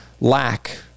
lack